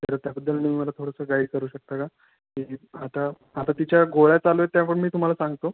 तर त्याबद्दल तुम्ही मला थोडंसं गाईड करू शकता का हे जे आता आता तिच्या गोळ्या चालू आहेत त्या पण मी तुम्हाला सांगतो